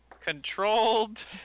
controlled